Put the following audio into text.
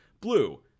Blue